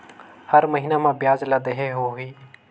हर महीना मा ब्याज ला देहे होही?